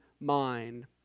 mind